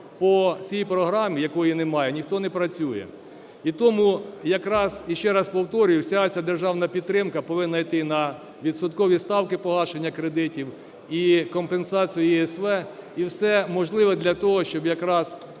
по цій програмі, якої немає, ніхто не працює. І тому якраз, і ще раз повторюю, вся оця державна підтримка повинна йти на відсоткові ставки погашення кредитів і компенсацію ЄСВ, і все можливе для того, щоб якраз